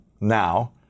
now